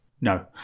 No